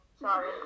Sorry